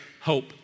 hope